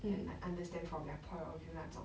then like understand from their point of view 那种